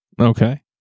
Okay